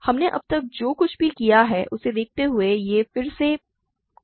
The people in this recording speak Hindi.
हमने अब तक जो कुछ भी किया है उसे देखते हुए यह फिर से मुश्किल नहीं है